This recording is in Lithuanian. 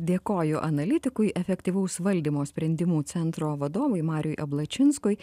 dėkoju analitikui efektyvaus valdymo sprendimų centro vadovui mariui ablačinskui